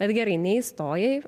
bet gerai neįstojai